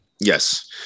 Yes